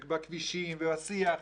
בכבישים ובשיח.